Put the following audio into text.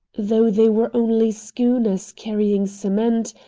though they were only schooners carrying cement,